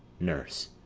nurse.